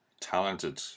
Talented